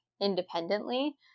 independently